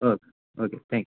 okay okay thank you